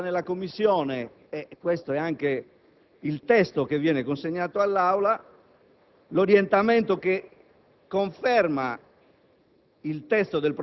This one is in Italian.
ed è prevalsa nella Commissione - questo è anche il testo che viene consegnato all'Aula - l'orientamento che conferma